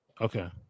Okay